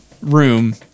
room